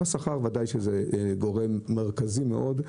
השכר הוא בוודאי גורם מרכזי מאוד.